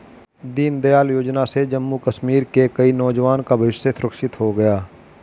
दीनदयाल योजना से जम्मू कश्मीर के कई नौजवान का भविष्य सुरक्षित हो गया